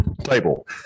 table